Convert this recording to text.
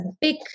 big